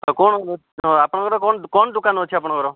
ଆଉ କଣ ଆପଣଙ୍କର କଣ କଣ ଦୋକାନ ଅଛି ଆପଣଙ୍କର